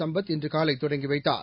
சம்பத் இன்று காலை தொடங்கி வைத்தார்